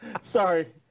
sorry